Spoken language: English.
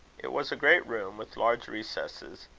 it was a great room, with large recesses,